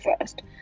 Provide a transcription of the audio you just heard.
first